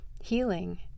healing